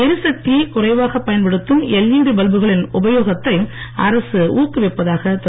எரிசக்தியைக் குறைவாகப் பயன்படுத்தும் எல்ஈடி பல்புகளின் உபயோகத்தை அரசு ஊக்குவிப்பதாக திரு